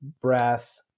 breath